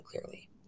clearly